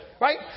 right